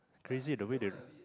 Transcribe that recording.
crazy the way they